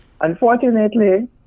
Unfortunately